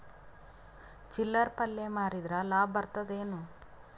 ಚಿಲ್ಲರ್ ಪಲ್ಯ ಮಾರಿದ್ರ ಲಾಭ ಬರತದ ಏನು?